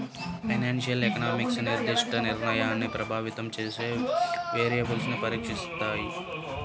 financial economics నిర్దిష్ట నిర్ణయాన్ని ప్రభావితం చేసే వేరియబుల్స్ను పరీక్షిస్తాయి